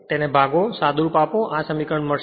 તેને ભાગો અને અને સાદું રૂપ આપો તો આ સમીકરણ મળશે